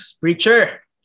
Preacher